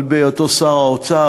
עוד בהיותו שר האוצר,